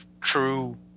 true